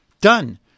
done